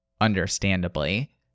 understandably